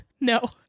No